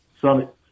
Summit